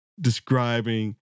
describing